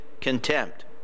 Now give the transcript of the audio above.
contempt